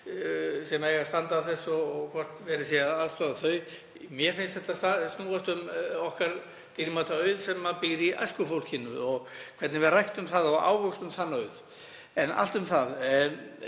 sem eigi að standa að þessu og hvort verið sé að aðstoða þau. Mér finnst þetta snúast um okkar dýrmæta auð sem býr í æskufólkinu og hvernig við ræktum og ávöxtum þann auð. En allt um það.